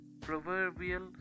proverbial